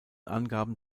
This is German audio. angaben